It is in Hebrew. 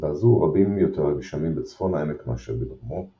מסיבה זו רבים יותר הגשמים בצפון העמק מאשר בדרומו,